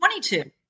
22